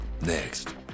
next